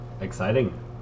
Exciting